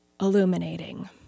illuminating